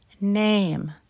name